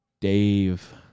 Dave